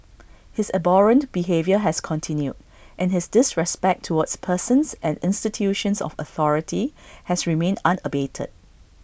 his abhorrent behaviour has continued and his disrespect towards persons and institutions of authority has remained unabated